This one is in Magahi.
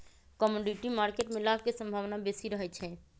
कमोडिटी मार्केट में लाभ के संभावना बेशी रहइ छै